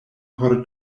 por